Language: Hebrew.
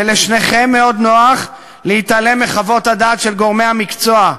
ולשניכם מאוד נוח להתעלם מחוות הדעת של גורמי המקצוע,